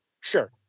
Sure